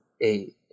eight